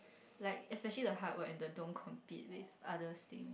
like especially the hard work and the don't compete with others thing